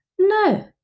No